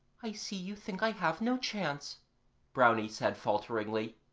i see you think i have no chance brownie said falteringly.